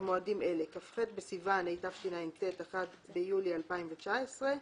במועדים אלה: כ"ח בסיוון התשע"ט (1 ביולי 2019),